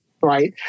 right